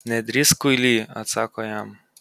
nedrįsk kuily atsako jam